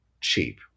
cheap